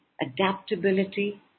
adaptability